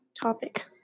topic